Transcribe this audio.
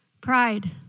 pride